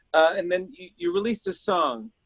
and then you released a song.